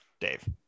Dave